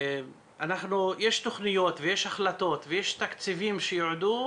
יש תוכניות ויש החלטות ויש תקציבים שיועדו,